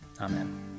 Amen